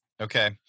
Okay